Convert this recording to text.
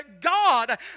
God